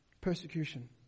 persecution